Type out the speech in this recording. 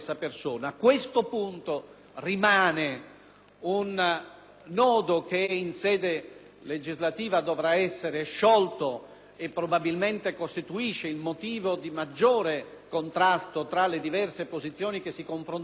un nodo che in sede legislativa dovrà essere sciolto e probabilmente costituisce il motivo di maggiore contrasto tra le diverse posizioni che si confronteranno nel corso dei lavori